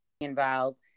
involved